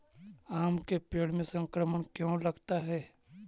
आम के पेड़ में संक्रमण क्यों लगता है?